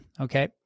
okay